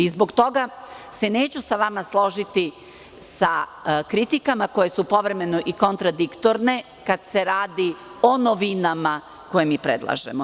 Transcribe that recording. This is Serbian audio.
Zbog toga se neću sa vama složiti sa kritikama koje su povremene i kontradiktorne, kada se radi o novinama koje mi predlažemo.